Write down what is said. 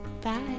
bye